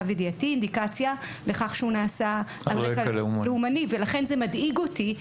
אינדיקציה לכך שהוא נעשה על רקע לאומני ולכן זה מדאיג אותי.